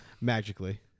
magically